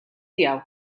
tiegħu